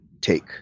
take